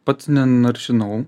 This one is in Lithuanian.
pats nenaršinau